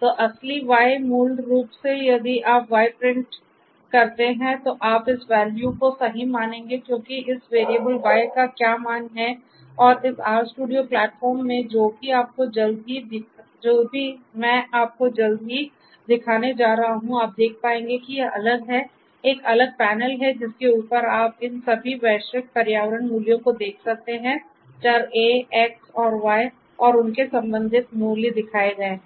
तो असली Y मूल रूप से यदि आप Y प्रिंट करते हैं तो आप इस वैल्यू को सही मानेंगे क्योंकि इस वैरिएबल Y का क्या मान है और इस RStudio प्लेटफॉर्म में भी जो मैं आपको जल्द ही दिखाने जा रहा हूं आप देख पाएंगे कि ये अलग है एक अलग पैनल है जिसके ऊपर आप इन सभी वैश्विक पर्यावरण मूल्यों को देख सकते हैं चर A X और Y और उनके संबंधित मूल्य दिखाए गए हैं